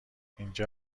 اینجا